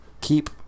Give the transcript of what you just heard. Keep